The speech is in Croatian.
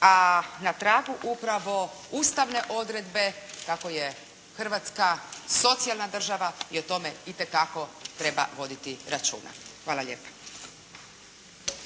a na pragu upravo ustavne odredbe kako je Hrvatska socijalna država i o tome itekako treba voditi računa. Hvala lijepa.